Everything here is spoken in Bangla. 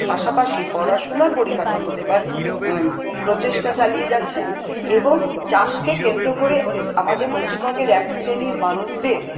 পাশাপাশি পড়াশোনার পরিকাঠামো দেওয়ার প্রচেষ্টা চালিয়ে যাচ্ছে এবং চাষকে কেন্দ্র করে আমাদের পশ্চিমবঙ্গের এক শ্রেনীর মানুষদের